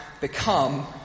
become